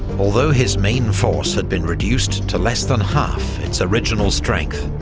although his main force had been reduced to less than half its original strength,